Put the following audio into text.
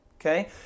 Okay